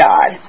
God